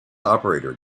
operator